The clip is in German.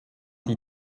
die